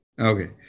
okay